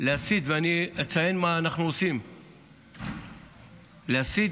אני אציין מה אנחנו עושים כדי להסיט